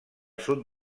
sud